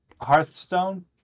Hearthstone